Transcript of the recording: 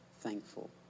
thankful